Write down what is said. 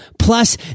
Plus